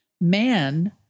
man